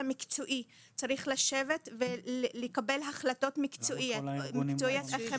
המקצועי צריך לשבת ולקבל החלטות מקצועיות איך הם